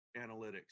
analytics